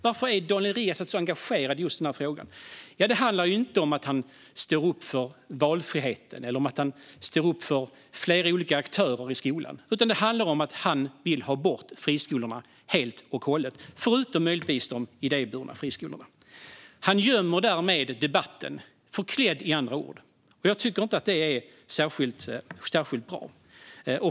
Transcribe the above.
Varför är Daniel Riazat så engagerad i just denna fråga? Det handlar inte om att han står upp för valfrihet eller för att det ska finnas flera olika aktörer i skolan. Det handlar om att han vill ha bort friskolorna helt och hållet, förutom möjligtvis de idéburna friskolorna. Han gömmer därmed debatten och förklär den i andra ord. Jag tycker inte att detta är särskilt bra.